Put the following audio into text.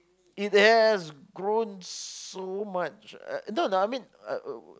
it has grown so much no no I mean uh uh